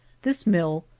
this mill,